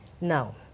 Now